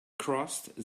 crossed